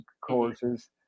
courses